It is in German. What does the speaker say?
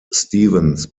stevens